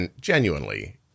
genuinely